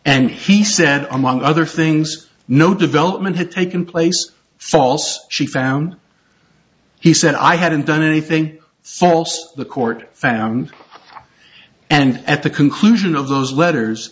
and he said among other things no development had taken place false she found he said i hadn't done anything false the court found and at the conclusion of those letters